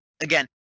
again